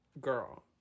Girl